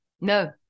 no